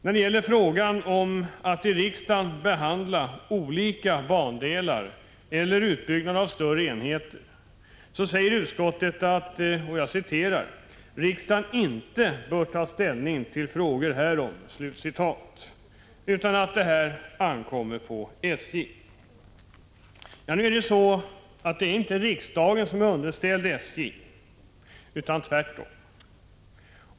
När det gäller frågan om att i riksdagen behandla olika bandelar eller utbyggnad av större enheter säger utskottet att riksdagen inte bör ta ställning till frågor härom, utan att detta ankommer på SJ. Nu är det inte riksdagen som är underställd SJ utan tvärtom.